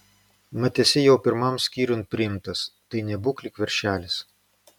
mat esi jau pirman skyriun priimtas tai nebūk lyg veršelis